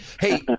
Hey